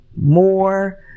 more